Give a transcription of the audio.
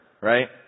right